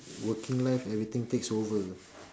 working life everything takes over